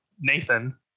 nathan